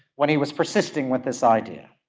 when he was persisting with this idea.